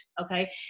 okay